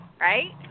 right